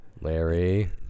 Larry